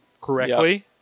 correctly